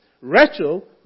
Rachel